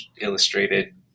illustrated